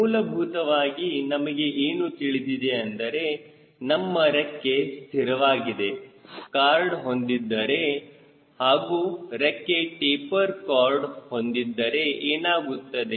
ಮೂಲಭೂತವಾಗಿ ನಮಗೆ ಏನು ತಿಳಿದಿದೆ ಅಂದರೆ ನಮ್ಮ ರೆಕ್ಕೆ ಸ್ಥಿರವಾದ ಕಾರ್ಡ್ ಹೊಂದಿದ್ದರೆ ಹಾಗೂ ರೆಕ್ಕೆ ಟೆಪರ್ ಕಾರ್ಡ್ ಹೊಂದಿದ್ದರೆ ಏನಾಗುತ್ತದೆ